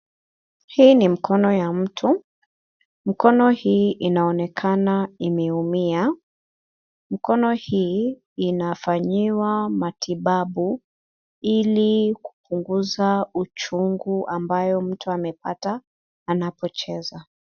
Hii ni mkono ya mtu. Mkono hii inaonekana imeumia. Mkono hii inafanyiwa matibabu ili kupunguza uchungu ambayo mtu amepata anapocheza.